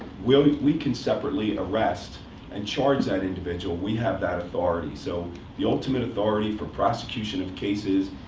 we ah we can separately arrest and charge that individual. we have that authority. so the ultimate authority for prosecution of cases,